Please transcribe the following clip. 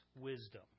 wisdom